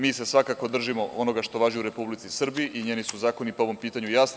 Mi se svakako držimo onoga što važi u Republici Srbiji i njeni su zakoni po ovom pitanju jasni.